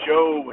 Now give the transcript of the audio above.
Joe